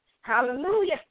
Hallelujah